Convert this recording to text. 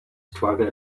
struggle